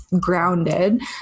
grounded